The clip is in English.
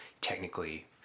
technically